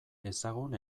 ezagun